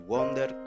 Wonder